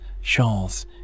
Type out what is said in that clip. shawls